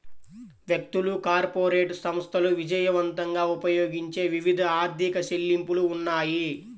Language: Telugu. వ్యక్తులు, కార్పొరేట్ సంస్థలు విజయవంతంగా ఉపయోగించే వివిధ ఆర్థిక చెల్లింపులు ఉన్నాయి